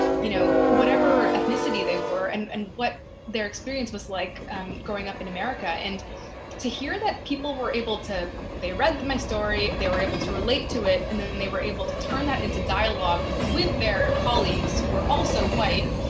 you know, whatever ethnicity they were and and what their experience was like growing up in america. and to hear that people were able to they read my story, they were able to relate to it, and and they were able to turn that into dialogue with their colleagues, who were also white,